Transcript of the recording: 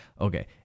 Okay